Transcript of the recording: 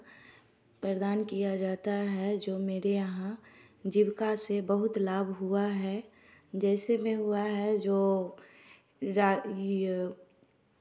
प्रदान किया जाता है जो मेरे यहाँ जीविका से बहुत लाभ हुआ है जैसे भी हुआ है जो रा